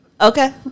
Okay